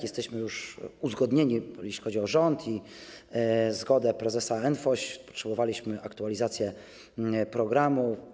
Jesteśmy już po uzgodnieniach, jeśli chodzi o rząd i zgodę prezesa NFOŚ, potrzebowaliśmy aktualizacji programu.